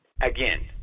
Again